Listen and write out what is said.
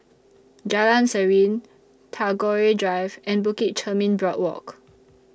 Jalan Serene Tagore Drive and Bukit Chermin Boardwalk